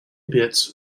bits